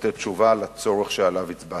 לתת תשובה לצורך שעליו הצבעת.